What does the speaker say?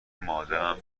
مادرم